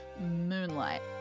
Moonlight